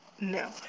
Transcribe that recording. No